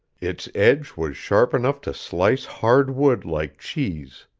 its edge was sharp enough to slice hard wood like cheese.